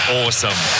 awesome